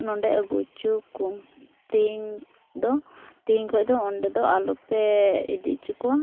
ᱱᱚᱸᱰᱮ ᱟᱹᱜᱩ ᱦᱚᱪᱚᱠᱚᱢ ᱛᱮᱦᱮᱧ ᱫᱚ ᱛᱮᱦᱮᱧ ᱠᱷᱚᱡ ᱫᱚ ᱚᱸᱰᱮᱫᱚ ᱟᱞᱚᱯᱮ ᱤᱫᱤ ᱦᱚᱪᱚ ᱠᱚᱣᱟ